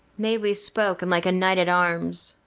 knavely spoke, and like a knight-at-arms.